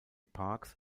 parks